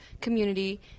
community